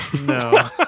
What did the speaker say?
No